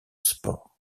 sport